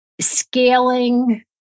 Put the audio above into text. scaling